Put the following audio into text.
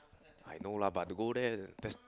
I know lah but to go there there's